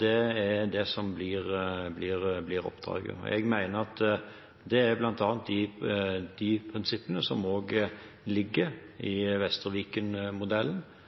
Det er det som blir oppdraget. Jeg mener at det er bl.a. de prinsippene som også ligger